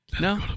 No